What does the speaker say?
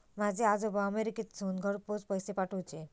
माझे आजोबा अमेरिकेतसून घरपोच पैसे पाठवूचे